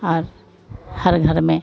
और हर घर में